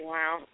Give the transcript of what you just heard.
Wow